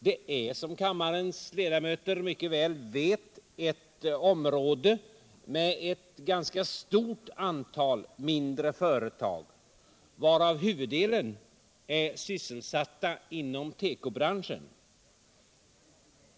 Det är som kammarens ledamöter mycket väl vet ett område med ett ganska stort antal mindre företag, varav huvuddelen inom tekobranschen.